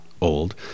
old